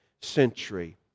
century